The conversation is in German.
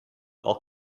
auch